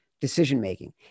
decision-making